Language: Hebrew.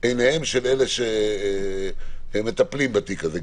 עיניהם של אלו שמטפלים בתיק הזה.